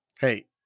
Hey